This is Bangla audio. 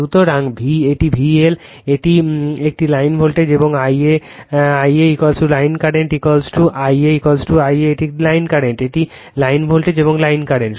সুতরাং এটি V L এটি একটি লাইন ভোল্টেজ এবং I a l line current I a l I a এটি লাইন কারেন্ট এটি লাইন ভোল্টেজ এবং লাইন কারেন্ট